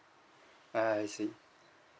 I see